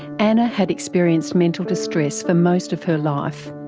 anna had experienced mental distress for most of her life.